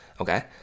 okay